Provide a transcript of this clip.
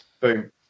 boom